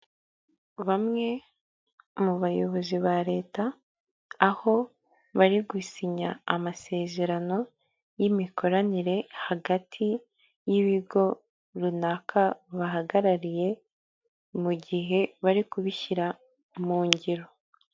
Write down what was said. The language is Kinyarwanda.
Bamwe mu bayobozi ba leta aho bari gusinya amasezerano yimikoranire hagati y'ibigo runaka bahagarariye mu gihe bari kubishyira mu ngiro.